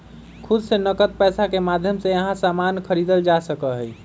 खुद से नकद पैसा के माध्यम से यहां सामान खरीदल जा सका हई